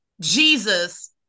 Jesus